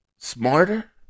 Smarter